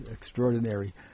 extraordinary